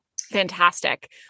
Fantastic